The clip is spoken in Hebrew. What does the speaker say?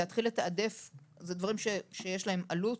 אלה דברים שיש להם עלות,